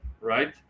right